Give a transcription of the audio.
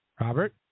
Robert